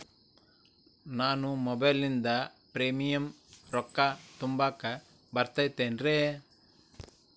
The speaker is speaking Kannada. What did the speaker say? ನಾನು ಮೊಬೈಲಿನಿಂದ್ ಪ್ರೇಮಿಯಂ ರೊಕ್ಕಾ ತುಂಬಾಕ್ ಬರತೈತೇನ್ರೇ?